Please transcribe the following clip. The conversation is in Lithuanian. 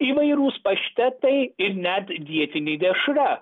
įvairūs paštetai ir net dietinė dešra